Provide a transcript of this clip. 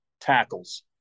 tackles